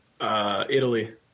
Italy